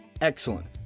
Excellent